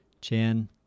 chin